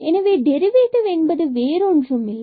எனவே டெரிவேட்டிவ் என்பது வேறொன்றுமில்லை